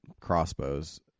crossbows